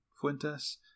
fuentes